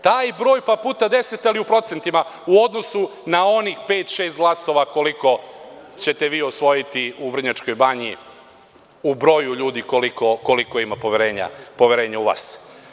Taj broj, pa puta 10, ali u procentima, u odnosu na onih pet, šest glasova koliko ćete vi osvojiti u Vrnjačkoj banji, u broju ljudi koliko ima poverenja u vas.